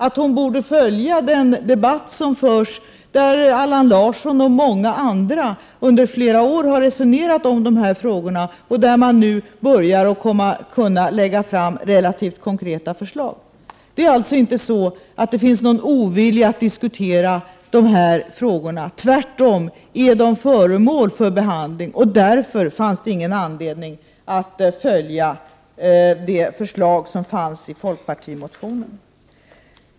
Anne Wibble borde följa den debatt som förs, där Allan Larsson och många andra under flera år har resonerat om dessa frågor och där man nu börjar kunna lägga fram relativt konkreta förslag. Det är alltså inte så att det finns någon ovilja mot att diskutera de här frågorna — tvärtom är de föremål för behandling, och därför fanns det ingen anledning att följa förslagen i folkpartimotionen.